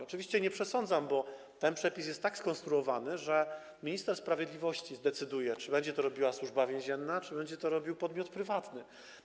Oczywiście nie przesądzam sprawy, bo ten przepis jest tak skonstruowany, że minister sprawiedliwości zdecyduje, czy będzie to robiła Służba Więzienna, czy będzie to robił podmiot prywatny.